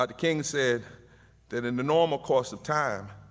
ah king said that in the normal course of time,